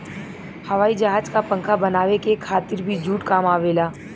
हवाई जहाज क पंखा बनावे के खातिर भी जूट काम आवेला